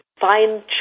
find